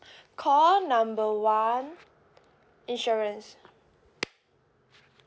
call number one insurance